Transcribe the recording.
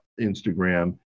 Instagram